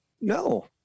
No